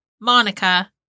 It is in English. Monica